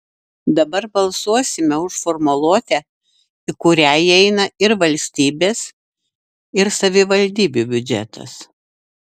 dabar balsuosime už formuluotę į kurią įeina ir valstybės ir savivaldybių biudžetas